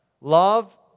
Love